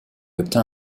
obtint